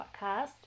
podcast